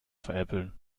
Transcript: veräppeln